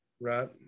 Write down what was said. Right